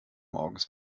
morgens